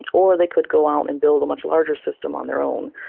or they could go out and build a much larger system on their own.